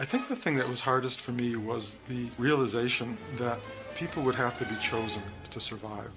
i think the thing that was hardest for me was the realization that people would have to be chosen to survive